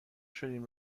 شدیم